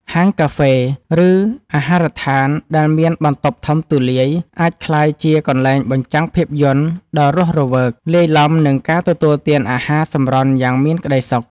ហាងកាហ្វេ ឬអាហារដ្ឋានដែលមានបន្ទប់ធំទូលាយ អាចក្លាយជាកន្លែងបញ្ចាំងភាពយន្តដ៏រស់រវើក លាយឡំនឹងការទទួលទានអាហារសម្រន់យ៉ាងមានក្តីសុខ។